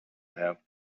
have